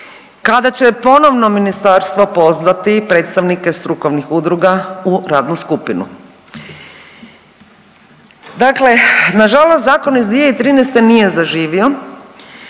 kada će ponovno ministarstvo pozvati predstavnike strukovnih udruga u radnu skupinu? Dakle, nažalost zakon iz 2013. nije zaživio,